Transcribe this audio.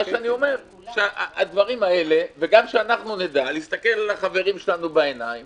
וגם שאנחנו נדע להסתכל על החברים שלנו בעיניים